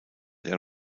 der